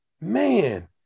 man